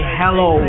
hello